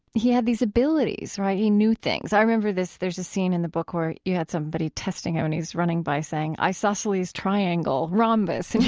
he had these abilities, right? he knew things. i remember this, there's a scene in the book where you had somebody testing him and he was running by saying, isosceles triangle, rhombus, and